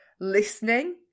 listening